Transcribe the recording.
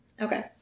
Okay